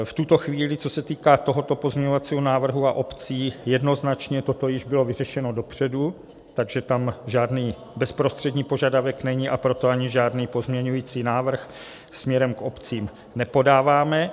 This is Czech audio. V tuto chvíli, co se týká tohoto pozměňovacího návrhu a obcí, jednoznačně toto bylo již vyřešeno dopředu, takže tam žádný bezprostřední požadavek není, a proto ani žádný pozměňovací návrh směrem k obcím nepodáváme.